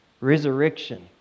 resurrection